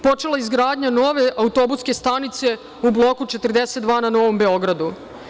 Počela je izgradnja nove autobuske stanice u Bloku 42 na Novom Beogradu.